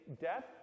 Death